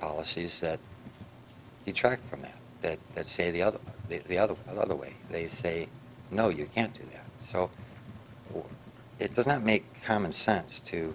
policies that detract from that that that say the other the other the other way they say no you can't do that so it does not make common sense to